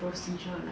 procedure like